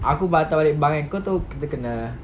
aku patah balik bunk kau tahu kita kena